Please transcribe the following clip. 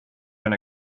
been